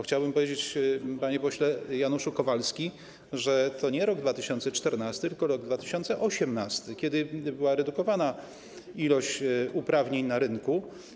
Chciałbym powiedzieć, panie pośle Januszu Kowalski, że to nie chodzi o rok 2014, tylko o rok 2018, kiedy była redukowana ilość uprawnień na rynku.